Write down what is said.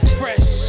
fresh